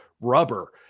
rubber